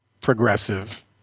progressive